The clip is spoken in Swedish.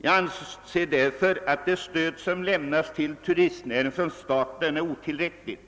Jag anser därför att det stöd som lämnas till turistnäringen från staten är otillräckligt.